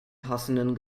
passenden